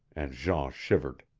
and jean shivered.